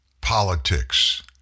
Politics